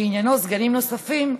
שעניינו סגנים נוספים,